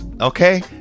okay